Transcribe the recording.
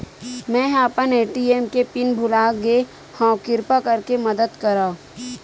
मेंहा अपन ए.टी.एम के पिन भुला गए हव, किरपा करके मदद करव